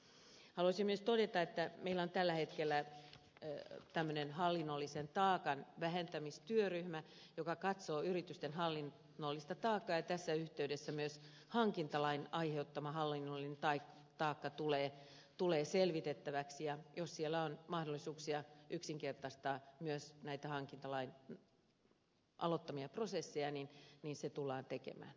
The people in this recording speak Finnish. haluaisin myös todeta että meillä on tällä hetkellä tämmöinen hallinnollisen taakan vähentämistyöryhmä joka katsoo yritysten hallinnollista taakkaa ja tässä yhteydessä myös hankintalain aiheuttama hallinnollinen taakka tulee selvitettäväksi ja jos siellä on mahdollisuuksia yksinkertaistaa myös näitä hankintalain aloittamia prosesseja niin se tullaan tekemään